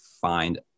find